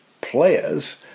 players